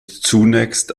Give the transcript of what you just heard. zunächst